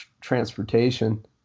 transportation